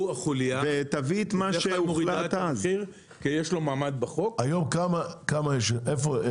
ותביא את מה שמוחלט אז --- היום, כמה יש ואיפה?